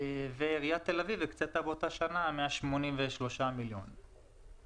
עיריית תל אביב הקצתה באותה שנה 183 מיליון שקלים.